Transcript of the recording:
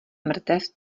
mrtev